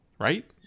right